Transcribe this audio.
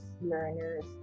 learners